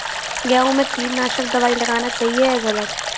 गेहूँ में कीटनाशक दबाई लगाना सही है या गलत?